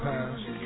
Past